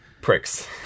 Pricks